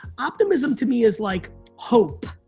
optimism to me is like hope,